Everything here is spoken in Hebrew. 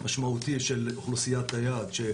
משמעותי של אוכלוסיית היעד.